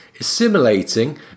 assimilating